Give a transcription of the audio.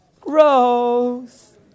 growth